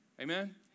amen